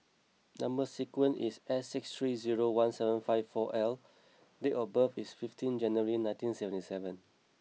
number sequence is S six three zero one seven five four L date of birth is fifteen January nineteen seventy seven